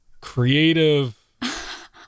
creative